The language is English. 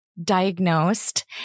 Diagnosed